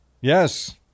Yes